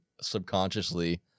subconsciously